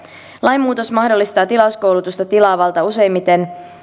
lainmuutos mahdollistaa tilauskoulutusta tilaavalta useimmiten